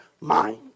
mind